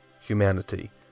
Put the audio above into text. humanity